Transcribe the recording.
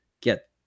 get